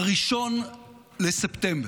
1 בספטמבר,